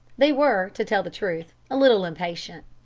they were, to tell the truth, a little impatient.